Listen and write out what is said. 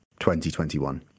2021